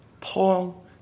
Paul